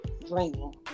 dreaming